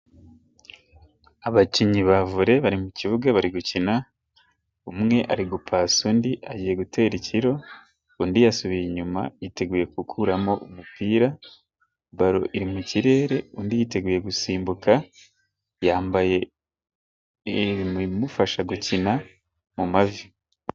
Abakinnyi ba vole bari mukibuga bari gukina, umwe ari gupasa undi agiye gutera ikiro, undi yasubiye inyuma yiteguye gukuramo umupira, balo iri mu kirere undi yiteguye gusimbuka, yambaye ibimufasha gukina mu mavi.